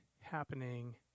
happening